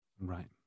right